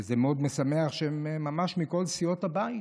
וזה מאוד משמח שהם ממש בכל סיעות הבית,